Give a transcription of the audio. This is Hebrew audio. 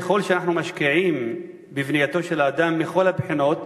ככל שאנחנו משקיעים בבנייתו של האדם מכל הבחינות,